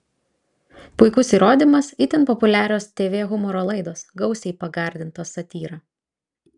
puikus įrodymas itin populiarios tv humoro laidos gausiai pagardintos satyra